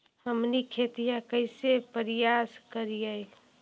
हमनी खेतीया कइसे परियास करियय?